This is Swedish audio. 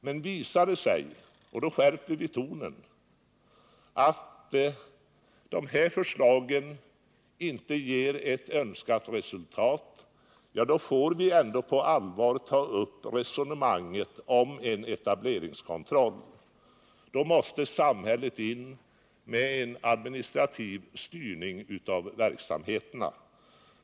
Men om det skulle visa sig att de här förslagen inte ger önskat resultat, då skärper vi tonen och då får vi på allvar ta upp resonemanget om en etableringskontroll. Då måste samhället gå in med en administrativ styrning av verksamheterna.